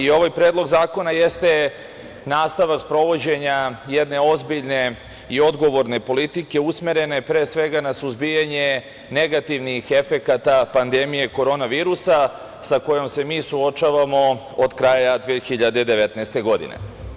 Ovaj predlog zakona jeste nastavak sprovođenja jedne ozbiljne i odgovorne politike usmerene pre svega na suzbijanje negativnih efekata pandemije korona virusa sa kojom se mi suočavamo od kraja 2019. godine.